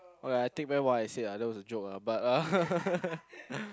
okay I take back what I say ah that was a joke ah but uh